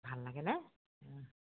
ভাল লাগেনে